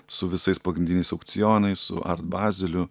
su visais pagrindiniais aukcionais su art bazeliu